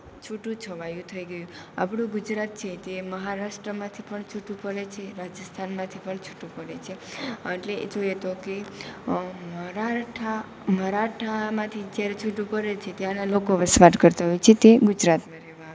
છૂટુંછવાયું થઈ ગયું આપણું ગુજરાત છે તે મહારાષ્ટ્રમાંથી પણ છૂટું પડે છે રાજસ્થાનમાંથી પણ છૂટું પડે છે એટલે જોઈએ તો કે મરાઠા મરાઠામાંથી જ્યારે છૂટું પડે છે ત્યાંના લોકો વસવાટ કરતા હોય છે તે ગુજરાતમાં રહેવા આવે છે